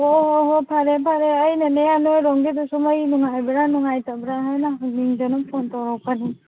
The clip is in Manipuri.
ꯍꯣꯏ ꯍꯣꯏ ꯍꯣꯏ ꯐꯔꯦ ꯐꯔꯦ ꯑꯩꯅꯅꯦ ꯅꯈꯣꯏꯔꯣꯝꯒꯤꯗꯨꯁꯨ ꯃꯩ ꯅꯨꯡꯉꯥꯏꯕꯔꯥ ꯅꯨꯡꯉꯥꯏꯇꯕꯔꯥ ꯍꯥꯏꯅ ꯍꯪꯅꯤꯡꯗꯅ ꯐꯣꯟ ꯇꯧꯔꯛꯄꯅꯦ